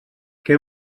què